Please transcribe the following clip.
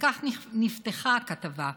וכך נפתחה הכתבה: